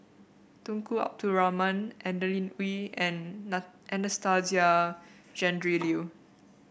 Tunku Abdul Rahman Adeline Ooi and Anastasia Tjendri Liew